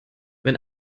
wenn